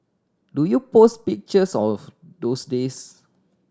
do you post pictures of those days